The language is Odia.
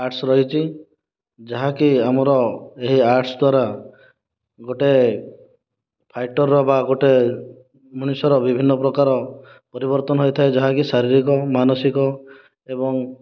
ଆର୍ଟସ୍ ରହିଛି ଯାହାକି ଆମର ଏହି ଆର୍ଟସ୍ ଦ୍ଵାରା ଗୋଟେ ଫାଇଟର୍ର ବା ଗୋଟେ ମଣିଷର ବିଭିନ୍ନପ୍ରକାର ପରିବର୍ତ୍ତନ ହୋଇଥାଏ ଯାହାକି ଶାରୀରିକ ମାନସିକ ଏବଂ